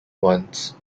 once